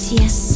yes